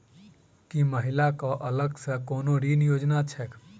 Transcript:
की महिला कऽ अलग सँ कोनो ऋण योजना छैक?